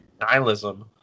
nihilism